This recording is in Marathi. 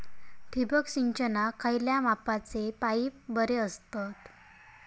ठिबक सिंचनाक खयल्या मापाचे पाईप बरे असतत?